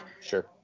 sure